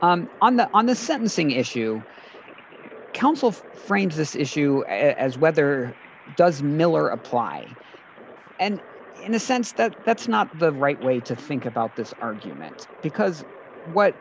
on the on the sentencing issue counsel framed this issue as whether does miller apply and in a sense that that's not the right way to think about this argument because what